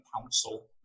council